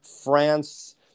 France